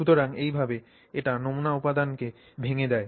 সুতরাং এই ভাবে এটি নমুনা উপদানকে ভেঙে দেয়